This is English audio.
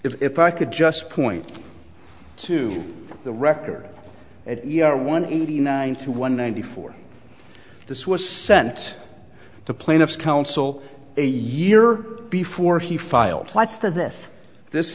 if i could just point to the record if you are one eighty nine to one ninety four this was sent to plaintiff's counsel a year before he filed this this